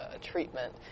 treatment